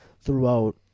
throughout